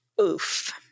oof